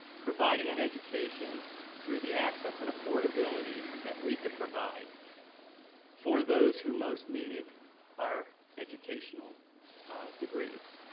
providing an education through the access and affordability that we could provide for those who most needed our educational degrees.